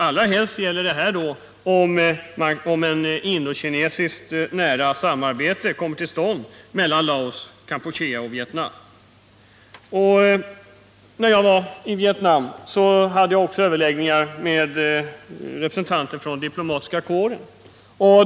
Allra helst gäller detta om ett indokinesiskt nära samarbete kommer till stånd mellan Laos, Kampuchea och Vietnam. När jag var i Vietnam hade jag också överläggningar med representanter för diplomatiska kåren.